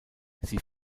sie